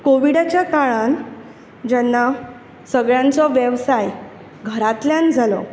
कोवीडाच्या काळांत जेन्ना सगळ्यांचो वेवसाय घरांतल्यान जालो